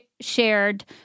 shared